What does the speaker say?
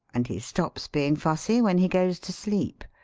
and he stops being fussy when he goes to sleep.